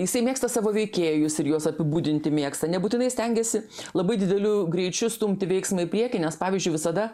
jisai mėgsta savo veikėjus ir juos apibūdinti mėgsta nebūtinai stengiasi labai dideliu greičiu stumti veiksmą į priekį nes pavyzdžiui visada